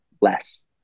less